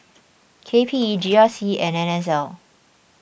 K P E G R C and N S L